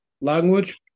language